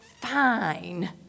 fine